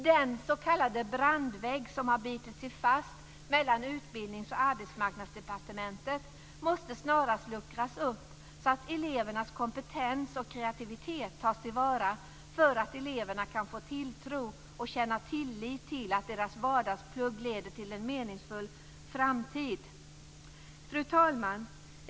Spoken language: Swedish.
Den "brandvägg" som bitit sig fast mellan Utbildningsdepartementet och Arbetsmarknadsdepartementet måste snarast monteras ned, så att elevernas kompetens och kreativitet tas till vara och eleverna kan känna tillit till att deras vardagsplugg leder till en meningsfull framtid. Fru talman!